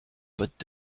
bottes